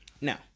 now